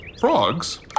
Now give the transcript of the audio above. Frogs